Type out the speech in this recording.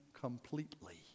completely